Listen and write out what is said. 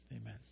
Amen